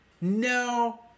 No